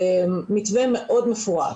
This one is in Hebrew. מתווה מאוד מפורט,